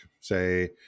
say